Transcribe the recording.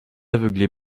aveuglé